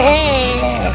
Hey